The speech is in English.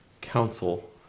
council